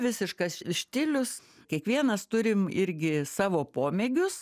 visiškas štilius kiekvienas turim irgi savo pomėgius